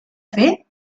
fer